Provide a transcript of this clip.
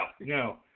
no